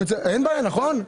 אין בעיה, נכון.